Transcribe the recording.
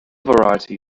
variety